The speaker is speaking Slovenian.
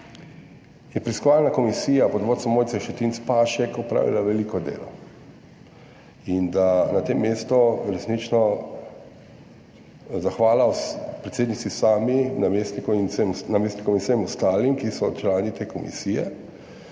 je preiskovalna komisija pod vodstvom Mojce Šetinc Pašek opravila veliko delo, in na tem mestu resnično zahvala predsednici sami, namestniku in vsem ostalim, ki so člani te komisije.